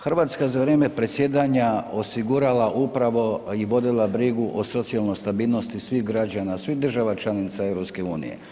Hrvatska za vrijeme predsjedanja osigurala upravo i vodila brigu o socijalnoj stabilnosti svih građana svih država članica EU.